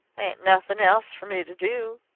ain't nothin' else fer me to do.